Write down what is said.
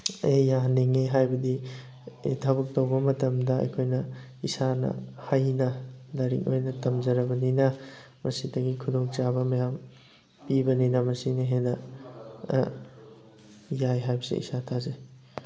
ꯑꯩ ꯌꯥꯍꯟꯅꯤꯡꯉꯤ ꯍꯥꯏꯕꯗꯤ ꯊꯕꯛ ꯇꯧꯕ ꯃꯇꯝꯗ ꯑꯩꯈꯣꯏꯅ ꯏꯁꯥꯅ ꯍꯩꯅ ꯂꯥꯏꯔꯤꯛ ꯑꯣꯏꯅ ꯇꯝꯖꯔꯕꯅꯤꯅ ꯃꯁꯤꯗꯒꯤ ꯈꯨꯗꯣꯡꯆꯥꯕ ꯃꯌꯥꯝ ꯄꯤꯕꯅꯤꯅ ꯃꯁꯤꯅ ꯍꯦꯟꯅ ꯌꯥꯏ ꯍꯥꯏꯕꯁꯤ ꯏꯁꯥ ꯊꯥꯖꯩ